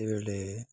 ଏତେବେଲେ